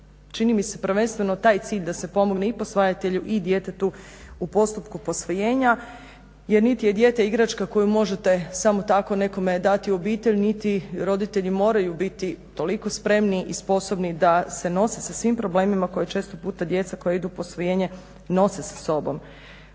čini mi se prvenstveno taj cilj da se pomogne i posvajatelju i djetetu u postupku posvojenja. Jer niti je dijete igračka koju možete samo tako dati u obitelj, niti roditelji moraju biti toliko spremni i sposobni da se nose sa svim problemima koje često puta djeca koja idu u posvojenje nose sa sobom.